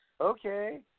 okay